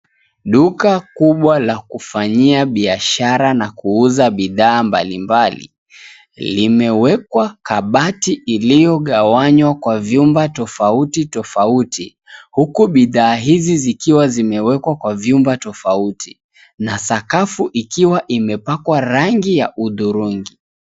Duka kubwa la kufanyia biashara na kuuza bidhaa mbalimbali, limewekwa kabati iliyogawanywa kwa vyumba tofauti tofauti, huku bidhaa hizi zikiwa zimewekwa kwa vyumba tofauti na sakafu ikiwa imepakwa rangi ya hudhurungi.